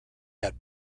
had